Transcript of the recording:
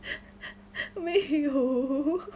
没有